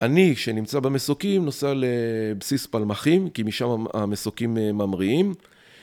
אני, שנמצא במסוקים, נוסע לבסיס פלמחים, כי משם המסוקים ממריעים.